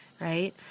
right